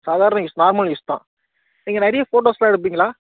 சாதாரண use normal use தான் நீங்கள் நிறைய போட்டோஸ்லாம் எடுப்பீங்களா